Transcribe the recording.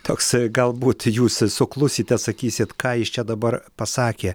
toks galbūt jūs suklusite sakysit ką jis čia dabar pasakė